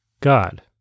God